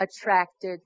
attracted